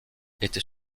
était